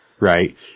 Right